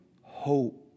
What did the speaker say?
hope